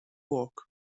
work